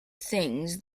things